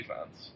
defense